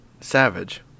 Savage